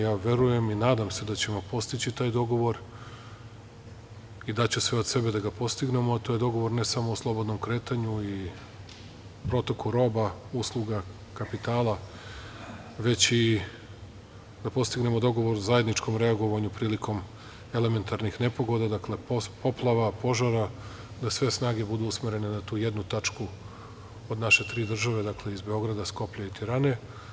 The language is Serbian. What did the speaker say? Ja verujem i nadam se da ćemo postići taj dogovor i daću sve od sebe da ga postignemo, a to je dogovor ne samo o slobodnom kretanju i protoku roba, usluga, kapitala, već i da postignemo dogovor zajedničkom reagovanju prilikom elementarnih nepogoda, poplava, požara, da sve snage budu usmerene na tu jednu tačku od naše tri države, dakle, iz Beograda, Skoplja i Tirane.